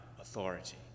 authority